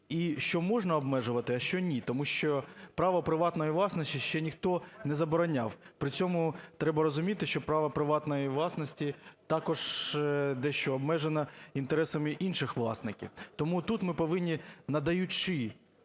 і що можна обмежувати, а що ні. Тому що право приватної власності ще ніхто не забороняв, при цьому треба розуміти, що право приватної власності також дещо обмежене інтересами інших власників. Тому тут ми повинні, надаючи